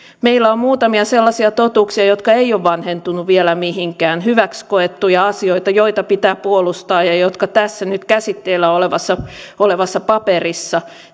meillä on muutamia sellaisia totuuksia jotka eivät ole vanhentuneet vielä mihinkään hyväksi koettuja asioita joita pitää puolustaa ja jotka tässä nyt käsittelyssä olevassa olevassa paperissa